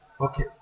Okay